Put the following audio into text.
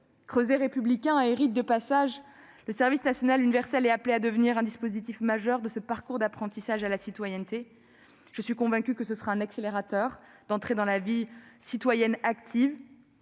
Creuset républicain, mais aussi rite de passage, le service national universel est appelé à devenir un dispositif majeur de ce parcours d'apprentissage à la citoyenneté. Je suis convaincue que ce sera un accélérateur d'entrée dans la vie citoyenne active.